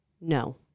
no